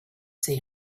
see